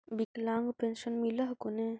विकलांग पेन्शन मिल हको ने?